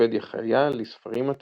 אנציקלופדיה חיה לספרים עתיקים,